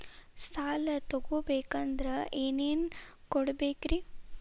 ಸಾಲ ತೊಗೋಬೇಕಂದ್ರ ಏನೇನ್ ಕೊಡಬೇಕ್ರಿ?